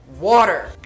water